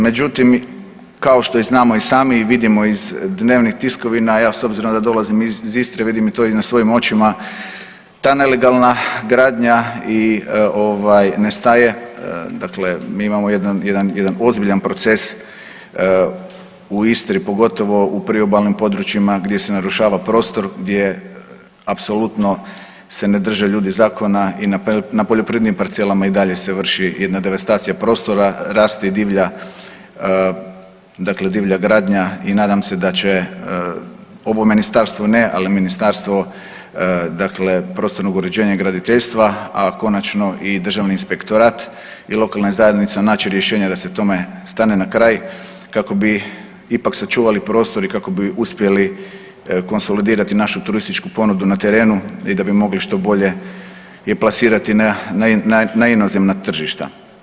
Međutim, kao što i znamo i sami i vidimo iz dnevnih tiskovina, ja s obzirom da dolazim iz, iz Istre vidim i to i na svojim očima, ta nelegalna gradnja i ovaj ne staje dakle mi imamo jedan, jedan, jedan ozbiljan proces u Istri pogotovo u priobalnim područjima gdje se narušava prostor gdje apsolutno se ne drže ljudi zakona i na poljoprivrednim parcelama i dalje se vrši jedna devastacija prostora, raste i divlja, dakle divlja gradnja i nadam se da će ovo ministarstvo ne, ali Ministarstvo dakle prostornog uređenja i graditeljstva, a konačno i državni inspektorat i lokalne zajednice naći rješenja da se tome stane na kraj kako bi ipak sačuvali prostor i kako bi uspjeli konsolidirati našu turističku ponudu na terenu i da bi mogli što bolje je plasirati na inozemna tržišta.